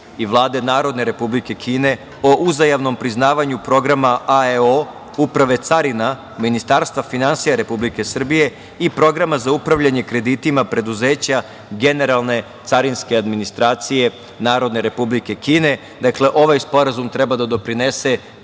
i Vlade Narodne Republike Kine o uzajamnom priznavanju Programa AEO Uprave carina Ministarstva finansija Republike Srbije i Programa za upravljanje kreditima preduzeća Generalne carinske administracije Narodne Republike Kine. Dakle, ovaj sporazum treba da doprinese